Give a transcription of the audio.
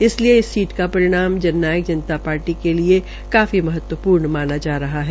इसलिये इस सीट का परिणाम जन नायक जनता पार्टी के लिए महत्वपूर्ण माना जा रहा है